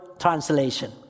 translation